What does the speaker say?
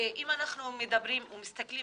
אם אנחנו מדברים ומסתכלים